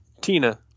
Tina